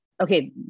okay